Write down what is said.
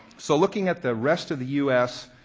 so looking at the rest of the u s,